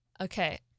Okay